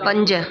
पंज